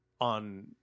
on